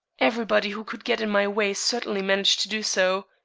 everybody who could get in my way certainly managed to do so.